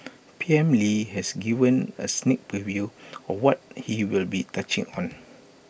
P M lee has given A sneak preview of what he will be touching on